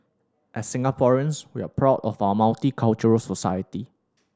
as Singaporeans we're proud of our multicultural society